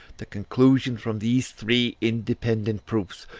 the conclusion from these three independent proofs,